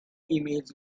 emails